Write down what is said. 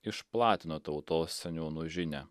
išplatino tautos seniūnų žinią